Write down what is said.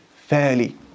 fairly